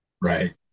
Right